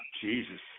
Jesus